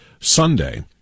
Sunday